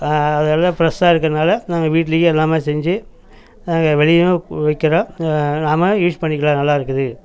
அதெல்லாம் ஃப்ரெஷ்ஷாக இருக்கிறனால நாங்கள் வீட்டுலேயே எல்லாம் செஞ்சு நாங்கள் வெளியேவும் விற்கிறோம் நாம யூஸ் பண்ணிக்கலாம் நல்லா இருக்குது